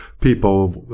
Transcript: people